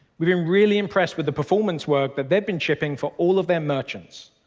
we've been really impressed with the performance work that they've been shipping for all of their merchandise.